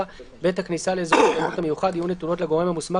בעת הכניסה לאזור התיירות המיוחד יהיו נתונות לגורם המוסמך